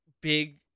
big